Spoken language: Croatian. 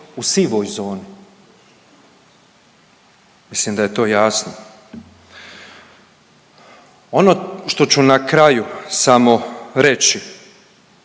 u sivoj zoni. Mislim da je to jasno. Ono što ću na kraju samo reći,